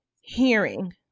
hearing